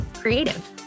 creative